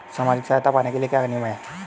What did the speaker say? सामाजिक सहायता पाने के लिए क्या नियम हैं?